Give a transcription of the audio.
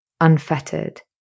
unfettered